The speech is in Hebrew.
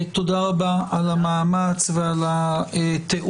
תודה רבה על המאמץ ועל התיאום,